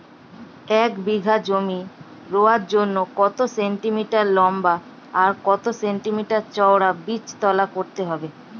এক বিঘা জমি রোয়ার জন্য কত সেন্টিমিটার লম্বা আর কত সেন্টিমিটার চওড়া বীজতলা করতে হবে?